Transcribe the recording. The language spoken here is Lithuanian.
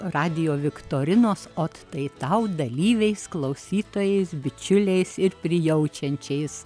radijo viktorinos ot tai tau dalyviais klausytojais bičiuliais ir prijaučiančiais